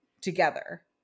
together